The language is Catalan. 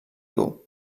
dur